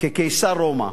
כקיסר רומא,